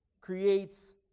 creates